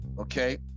Okay